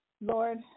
Lord